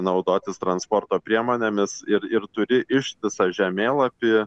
naudotis transporto priemonėmis ir ir turi ištisą žemėlapį